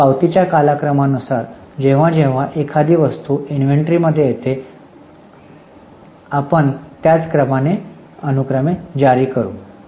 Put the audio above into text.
तर पावतींच्या कालक्रमानुसार जेव्हा जेव्हा एखादी वस्तू इन्व्हेंटरीमध्ये येते आम्ही त्याच अनुक्रमे जारी करू